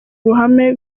ruhame